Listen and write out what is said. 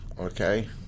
okay